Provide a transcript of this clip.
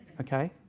Okay